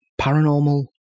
paranormal